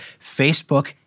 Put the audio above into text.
Facebook